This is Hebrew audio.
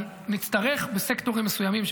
אבל נצטרך בסקטורים מסוימים,